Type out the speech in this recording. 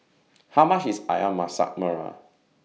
How much IS Ayam Masak Merah